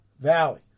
Valley